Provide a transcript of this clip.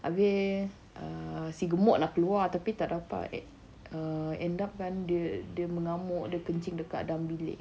habis err si gemuk nak keluar tapi tak dapat end up kan dia dia mengamuk dia kencing dekat dalam bilik